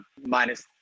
minus